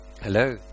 Hello